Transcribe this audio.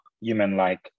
human-like